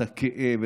את הכאב,